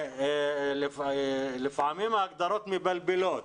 לפעמים ההגדרות מבלבלות.